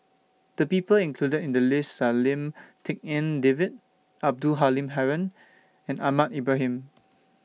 The People included in The list Are Lim Tik En David Abdul Halim Haron and Ahmad Ibrahim